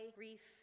grief